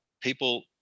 People